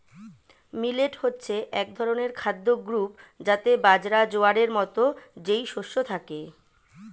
millet হচ্ছে এক ধরনের খাদ্য গ্রূপ যাতে বাজরা, জোয়ারের মতো যেই শস্য থাকে